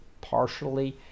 partially